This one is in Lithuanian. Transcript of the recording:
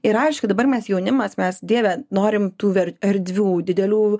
ir aišku dabar mes jaunimas mes dieve norim tų ver erdvių didelių